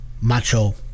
macho